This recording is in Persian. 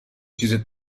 چیز